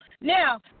now